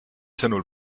sõnul